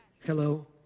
Hello